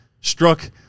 struck